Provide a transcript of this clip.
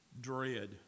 dread